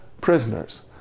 prisoners